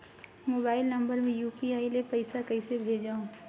Mobile number मे UPI ले पइसा कइसे भेजवं?